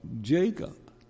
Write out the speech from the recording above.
Jacob